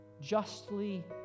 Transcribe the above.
justly